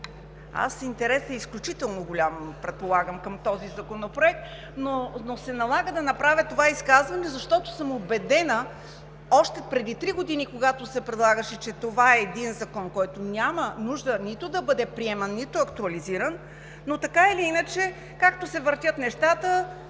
Интересът е изключително голям, предполагам, към този законопроект, но се налага да направя това изказване, защото съм убедена – още преди три години, когато се предлагаше, че това е закон, който няма нужда нито да бъде приеман, нито актуализиран. Така или иначе, както се въртят нещата,